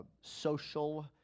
social